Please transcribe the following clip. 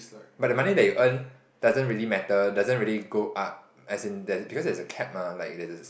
but the money that you earn doesn't really matter doesn't really go up as in there's because there's a cap mah like there's this